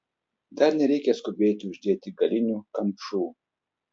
dar nereikia skubėti uždėti galinių kamšų